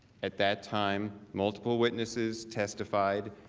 at that time multiple witnesses testified,